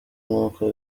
nkuko